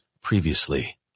previously